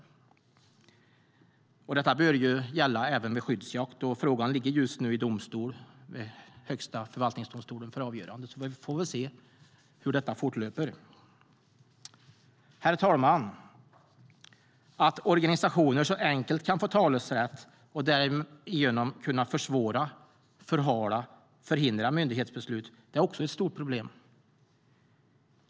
Detta bör gälla även vid skyddsjakt. Frågan ligger just nu i Högsta förvaltningsdomstolen för avgörande. Vi får se hur detta fortlöper. Herr talman! Att organisationer så enkelt kan få talerätt och därigenom kan försvåra, förhala och förhindra myndighetsbeslut är också ett stort problem.